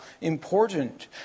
important